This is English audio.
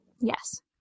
Yes